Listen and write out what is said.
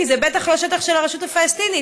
כי זה בטח לא שטח של הרשות הפלסטינית.